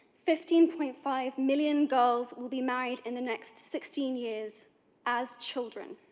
fifteen-point-five million girls will be married in the next sixteen years as children.